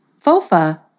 Fofa